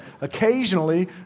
occasionally